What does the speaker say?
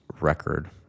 record